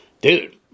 dude